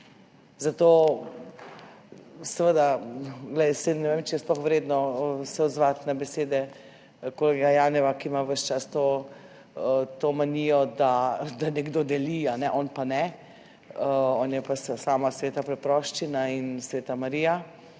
Zato seveda, saj ne vem, če se je sploh vredno odzvati na besede kolega Janeva, ki ima ves čas to manijo, da nekdo deli, on pa ne, on je pa sama sveta preproščina in sveta Marija.